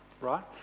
right